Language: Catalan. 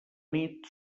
nit